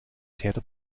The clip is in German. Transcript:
täter